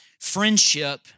Friendship